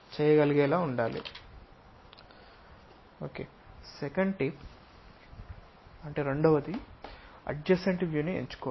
second tip adjacent view ను ఎంచుకోవడం